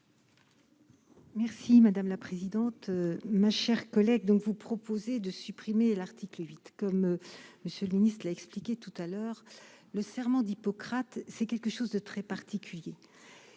Merci madame la présidente, ma chère collègue donc vous proposez de supprimer l'article 8 comme monsieur le ministre a expliqué tout à l'heure le serment d'Hippocrate, c'est quelque chose de très particulier